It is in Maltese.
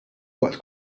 waqt